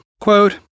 quote